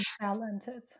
Talented